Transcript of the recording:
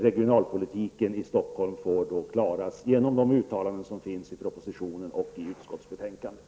Regionalpolitiken i Stockholm får klaras genom de uttalanden som finns i propositionen och utskottsbetänkandet.